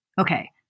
okay